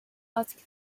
asked